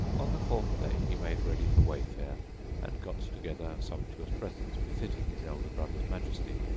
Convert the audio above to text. on the fourth day he made ready for wayfare and got together sumptuous presents befitting his elder brother's majesty,